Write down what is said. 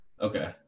Okay